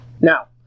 Now